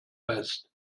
fest